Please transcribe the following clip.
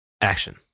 Action